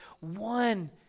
one